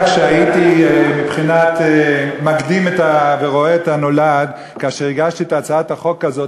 שהייתי בבחינת מקדים ורואה את הנולד כאשר הגשתי את הצעת החוק הזאת